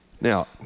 Now